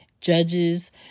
Judges